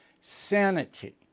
Sanity